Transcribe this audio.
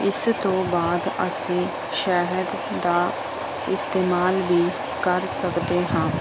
ਇਸ ਤੋਂ ਬਾਅਦ ਅਸੀਂ ਸ਼ਹਿਦ ਦਾ ਇਸਤੇਮਾਲ ਵੀ ਕਰ ਸਕਦੇ ਹਾਂ